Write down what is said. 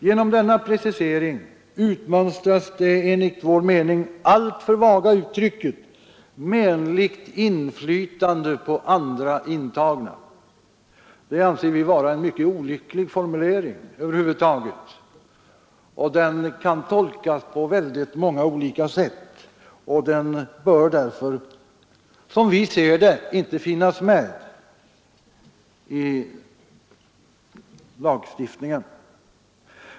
Genom denna precisering utmönstras det enligt vår mening alltför vaga uttrycket ”menligt inflytande på andra intagna”. Det anser vi över huvud taget vara en mycket olycklig formulering, som kan tolkas på väldigt många olika sätt. Därför bör den, som vi ser det, inte finnas med i lagstiftningen.